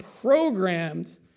programmed